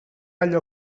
allò